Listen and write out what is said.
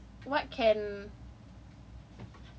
thinking what what can someone what can someone do